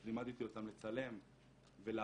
אז לימדתי אותם לצלם ולערוך